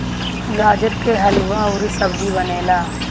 गाजर के हलुआ अउरी सब्जी बनेला